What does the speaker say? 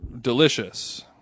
delicious